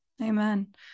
Amen